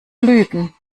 lügen